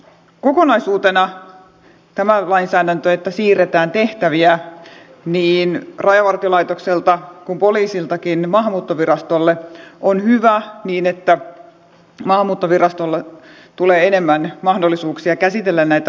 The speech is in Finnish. kokonaisuutena tämä lainsäädäntö että siirretään tehtäviä niin rajavartiolaitokselta kuin poliisiltakin maahanmuuttovirastolle on hyvä niin että maahanmuuttovirastolle tulee enemmän mahdollisuuksia käsitellä näitä lupia